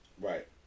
Right